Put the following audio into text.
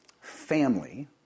family